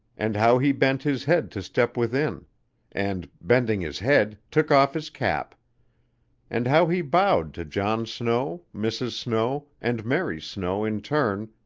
and how he bent his head to step within and, bending his head, took off his cap and how he bowed to john snow, mrs. snow, and mary snow in turn,